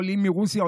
עולים מרוסיה,